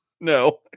no